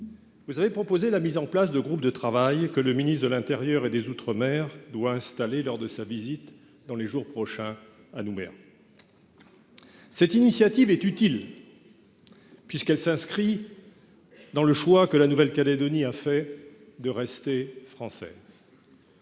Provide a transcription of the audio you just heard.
vous avez proposé la mise en place de groupes de travail, que le ministre de l'intérieur et des outre-mer doit installer lors de sa visite à Nouméa dans les jours prochains. Cette initiative est utile, puisqu'elle s'inscrit dans le choix que la Nouvelle-Calédonie a fait de rester française.